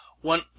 One